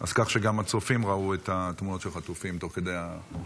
אז כך שגם הצופים ראו את התמונות של החטופים תוך כדי הנאום.